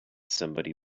somebody